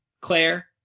Claire